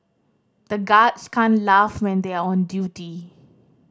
the guards can't laugh when they are on duty